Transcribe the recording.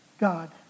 God